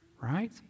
Right